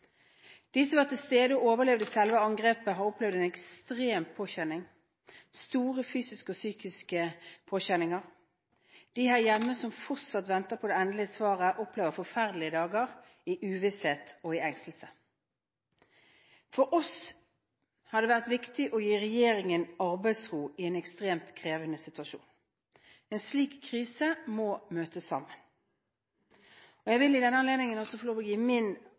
de pårørende. De som var til stede og overlevde selve angrepet, har opplevd en ekstrem påkjenning – store fysiske og psykiske påkjenninger. De her hjemme som fortsatt venter på det endelige svaret, opplever forferdelige dager i uvisshet og i engstelse. For oss har det vært viktig å gi regjeringen arbeidsro i en ekstremt krevende situasjon. En slik krise må vi møte sammen. Jeg vil i den anledningen også få lov til å gi min